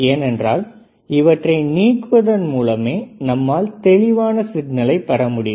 ஏனென்றால் இவற்றை நீக்குவதன் மூலமே நம்மால் தெளிவான சிக்னலை பெற முடியும்